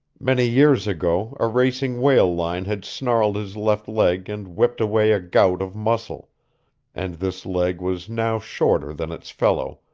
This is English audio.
many years ago, a racing whale line had snarled his left leg and whipped away a gout of muscle and this leg was now shorter than its fellow,